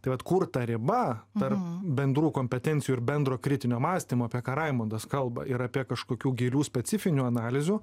tai vat kur ta riba tarp bendrųjų kompetencijų ir bendro kritinio mąstymo apie ką raimundas kalba ir apie kažkokių gilių specifinių analizių